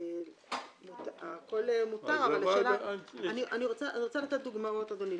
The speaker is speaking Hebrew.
הכול מותר, אבל אני רוצה לתת דוגמאות, אדוני.